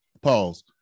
Pause